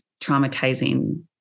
traumatizing